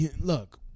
look